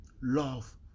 love